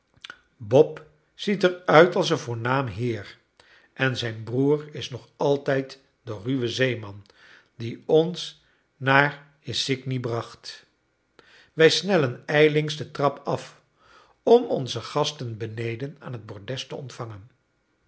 bob ziet er uit als een voornaam heer en zijn broer is nog altijd de ruwe zeeman die ons naar isigny bracht wij snellen ijlings de trap af om onze gasten beneden aan het bordes te ontvangen